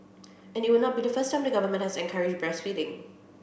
and it would not be the first time the government has encouraged breastfeeding